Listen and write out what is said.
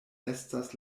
estas